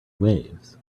waves